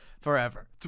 forever